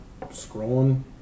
scrolling